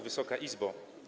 Wysoka Izbo!